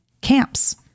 camps